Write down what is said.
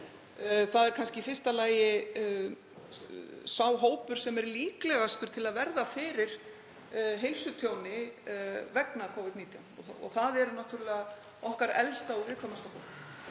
Það er kannski í fyrsta lagi sá hópur sem er líklegastur til að verða fyrir heilsutjóni vegna Covid-19. Þar er náttúrlega okkar elsta og viðkvæmasta fólk.